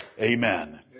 Amen